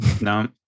no